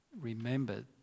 remembered